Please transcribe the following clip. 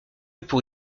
pour